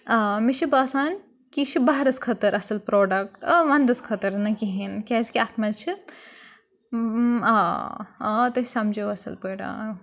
آ مےٚ چھُ باسان کہِ یہِ چھُ بَہارَس خٲطرٕ اَصٕل پرٛوڈَکٹ آ وَندَس خٲطرٕ نہٕ کِہیٖنۍ کیٛازِ کہِ اَتھ منٛز چھِ آ آ تُہۍ سَمجو اَصٕل پٲٹھۍ آ